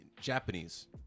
Japanese